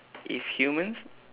if humans